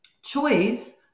Choice